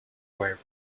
were